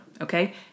okay